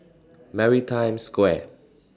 Maritime Square